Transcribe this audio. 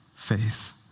faith